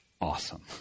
awesome